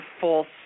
false